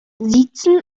siezen